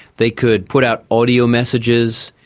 they could put out audio messages,